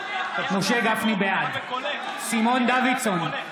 גפני, בעד סימון דוידסון,